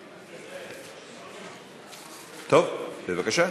טוב, בבקשה.